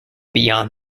beyond